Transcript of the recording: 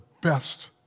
best